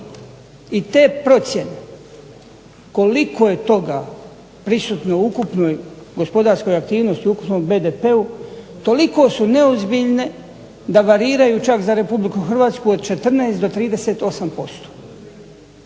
i te procjene koliko je toga prisutno u ukupnoj gospodarskoj aktivnosti, u ukupnom BDP-u, toliko su neozbiljne da variraju čak za Republiku Hrvatsku od 14 do 38%.